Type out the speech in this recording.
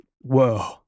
whoa